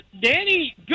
Danny